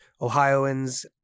Ohioans